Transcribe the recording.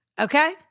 Okay